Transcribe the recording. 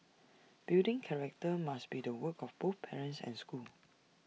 building character must be the work of both parents and schools